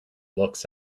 looks